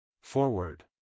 FORWARD